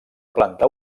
planta